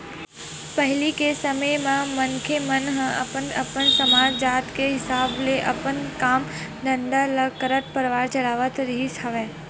पहिली के समे म मनखे मन ह अपन अपन समाज, जात के हिसाब ले अपन काम धंधा ल करत परवार चलावत रिहिस हवय